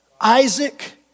Isaac